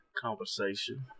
Conversation